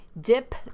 dip